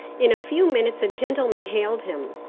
in a few minutes a gentleman hailed him.